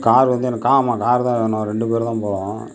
car வந்து எனக்கு ஆமாம் கார் தான் வேணும் ரெண்டு பேர்தான் போகிறோம்